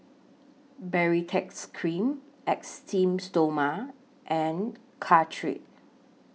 Baritex Cream Esteem Stoma and Caltrate